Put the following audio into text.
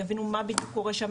יבינו מה בדיוק קורה שם,